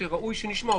ראוי שנשמע.